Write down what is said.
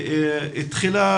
תחילה,